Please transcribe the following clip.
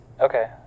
okay